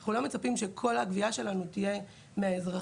ואנחנו לא מצפים שכל הגבייה שלנו תהיה מהאזרחים,